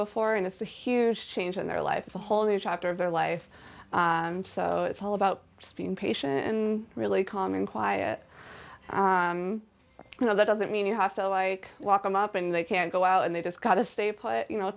before and it's a huge change in their life is a whole new chapter of their life so it's all about just being patient and really calm and quiet you know that doesn't mean you have to like walk them up and they can go out and they just got to stay put you know